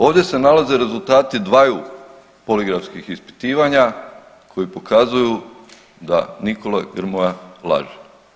Ovdje se nalaze rezultati dvaju poligrafskih ispitivanja koji pokazuju da Nikola Grmoja laže.